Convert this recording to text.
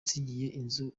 inzu